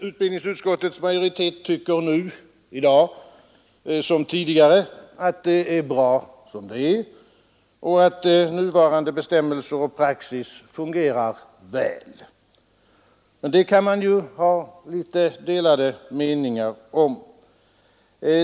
Utbildningsutskottets majoritet tycker i dag som tidigare att det är bra som det är och att nuvarande bestämmelser och praxis fungerar väl. Det kan man ha delade meningar om.